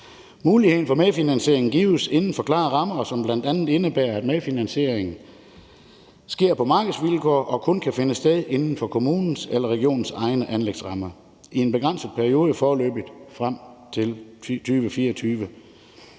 Muligheden for medfinansiering gives inden for klare rammer, og det indebærer bl.a., at medfinansiering sker på markedsvilkår og kun kan finde sted inden for kommunens eller regionens egne anlægsrammer i en begrænset periode frem til foreløbig 2024.